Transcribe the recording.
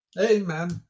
Amen